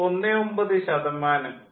19 ശതമാനം 45